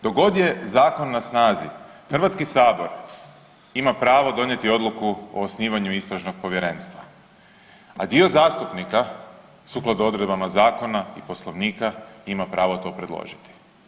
Dok god je Zakon na snazi Hrvatski sabor ima pravo donijeti Odluku o osnivanju Istražnog povjerenstva, a dio zastupnika sukladno odredbama Zakona i Poslovnika ima pravo to predložiti.